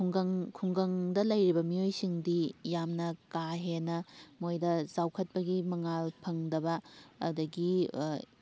ꯈꯨꯡꯒꯪ ꯈꯨꯡꯒꯪꯗ ꯂꯩꯔꯤꯕ ꯃꯤꯑꯣꯏꯁꯤꯡꯗꯤ ꯌꯥꯝꯅ ꯀꯥꯍꯦꯟꯅ ꯃꯣꯏꯗ ꯆꯥꯎꯈꯠꯄꯒꯤ ꯃꯉꯥꯜ ꯐꯪꯗꯕ ꯑꯗꯒꯤ